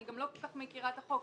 אני גם לא כל כך מכירה את החוק,